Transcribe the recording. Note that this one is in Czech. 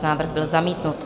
Návrh byl zamítnut.